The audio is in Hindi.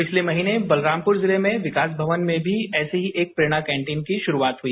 पिछले महीने बलरामपुर जिले में विकास भवन में भी ऐसी ही एक प्रेरणा कॅटीन की शुरूआत हुई